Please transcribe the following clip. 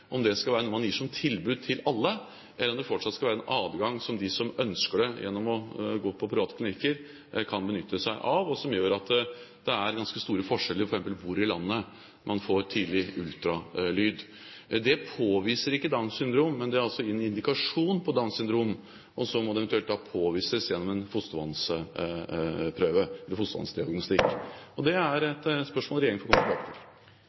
om det skal være noe man gir som tilbud til alle, eller om det fortsatt skal være en adgang for dem som ønsker det, gjennom å gå på private klinikker, de som kan benytte seg av det, og som gjør at det er ganske store forskjeller på f.eks. hvor i landet man får tidlig ultralyd. Det påviser ikke Downs syndrom, men det gir en indikasjon på Downs syndrom. Så må det eventuelt påvises gjennom fostervannsdiagnostikk. Det er et spørsmål regjeringen kommer tilbake til.